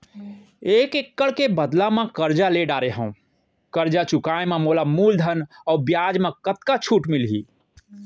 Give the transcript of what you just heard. एक एक्कड़ के बदला म करजा ले डारे हव, करजा चुकाए म मोला मूलधन अऊ बियाज म कतका छूट मिलही?